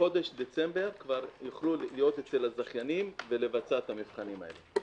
בחודש דצמבר כבר יוכלו להיות אצל הזכיינים ולבצע את המבחנים האלה.